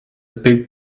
big